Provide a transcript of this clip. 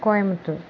Coimbatore